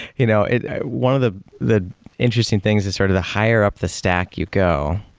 you know one of the the interesting things is sort of the higher up the stack you go,